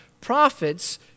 prophets